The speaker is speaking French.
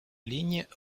lignes